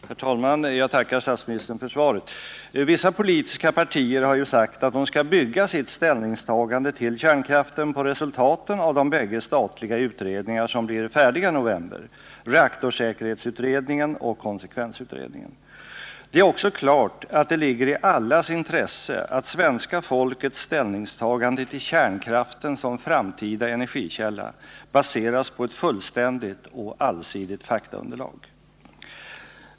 Herr talman! Jag tackar statsministern för svaret. Vissa politiska partier har ju sagt att de skall bygga sitt ställningstagande till kärnkraften på resultaten av de bägge statliga utredningar, reaktorsäkerhetsutredningen och konsekvensutredningen, som blir färdiga i november. Det är också klart att det ligger i allas intresse att svenska folkets ställningstagande till kärnkraften som framtida energikälla baseras på ett fullständigt och allsidigt faktaunderlag.